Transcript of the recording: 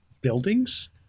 buildings